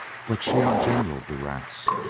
but she outgeneraled the rats.